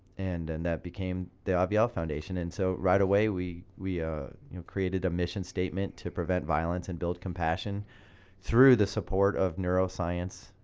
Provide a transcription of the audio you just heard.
and and that became the avielle foundation. and so right away we we ah created a mission statement to prevent violence and build compassion through the support of neuroscience,